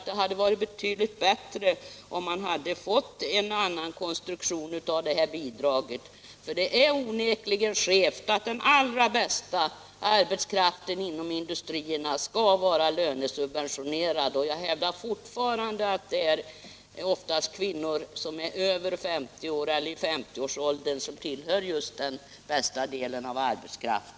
Men det hade varit betydligt bättre om man funnit en annan konstruktion av detta bidrag. Det är onekligen skevt att den allra bästa arbetskraften inom industrierna skall vara lönesubventionerad. Jag hävdar fortfarande att det oftast gäller kvinnor som är över 50 år eller i 50 årsåldern som tillhör den bästa delen av arbetskraften.